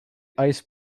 ice